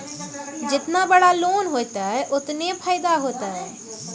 जेतना बड़ो लोन होतए ओतना फैदा होतए